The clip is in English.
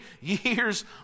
years